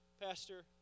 Pastor